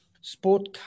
Sport